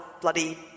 bloody